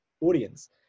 audience